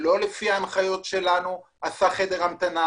מורה שלא לפי ההנחיות שלנו עשה חדר המתנה.